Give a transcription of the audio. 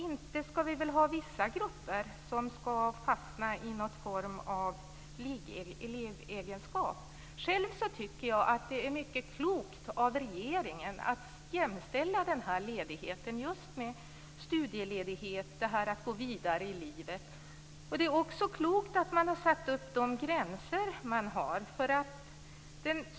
Inte skall vi väl ha vissa grupper som skall fastna i någon form av livegenskap? Själv tycker jag att det är mycket klokt av regeringen att jämställa den här ledigheten med studieledighet - att gå vidare i livet. Det är också klokt att man har satt upp de gränser som satts upp.